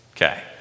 Okay